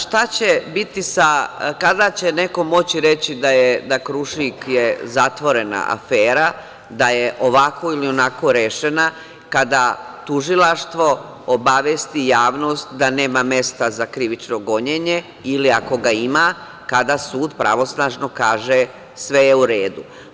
Šta će biti, kada će neko moći reći da je „Krušik“ zatvorena afera, da je ovako ili onako rešena, kada tužilaštvo obavesti javnost da nema mesta za krivično gonjenje ili ako ga ima, kada sud pravosnažno kaže – sve je u redu?